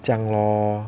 这样 lor